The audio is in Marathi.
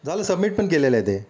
झालं सबमिट पण केलेलं आहे ते